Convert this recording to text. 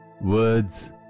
Words